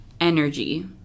energy